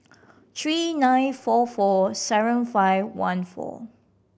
three nine four four seven five one four